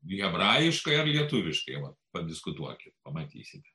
hebrajiškai ar lietuviškai vat padiskutuokim pamatysime